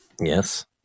Yes